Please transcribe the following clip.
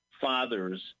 fathers